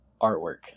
artwork